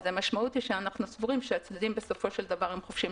המשמעות היא שאנחנו סבורים שהצדדים בסופו של דבר חופשיים